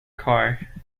car